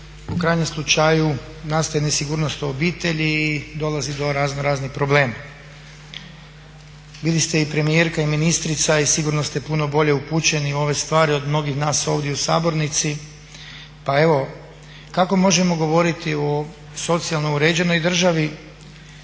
u krajnjem slučaju nastaje nesigurnost u obitelji i dolazi do raznoraznih problema. Bili ste i premijerka i ministrica i sigurno ste puno bolje upućeni u ove stvari od mnogih nas ovdje u sabornici pa evo kako možemo govoriti o socijalno uređenoj državi